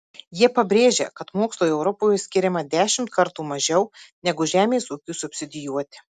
jie pabrėžia kad mokslui europoje skiriama dešimt kartų mažiau negu žemės ūkiui subsidijuoti